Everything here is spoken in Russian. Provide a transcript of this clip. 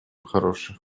хорошие